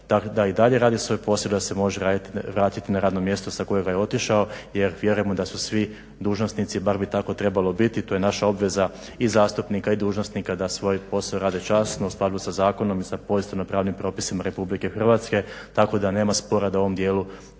da i dalje radi svoj posao da se može vratiti na radno mjesto sa kojega je otišao jer vjerujemo da su svi dužnosnici bar bi tako trebalo biti, to je naša obveza i zastupnika i dužnosnika da svoj posao rade časno u skladu sa zakonom i sa propisanim pravnim propisima RH tako da nema spora da u ovom dijelu